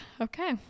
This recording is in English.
okay